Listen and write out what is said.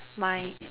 my